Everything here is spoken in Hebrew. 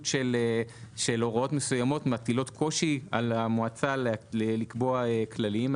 של הוראות מסוימות מטילות קושי על המועצה לקבוע כללים.